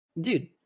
Dude